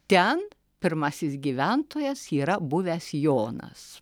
ten pirmasis gyventojas yra buvęs jonas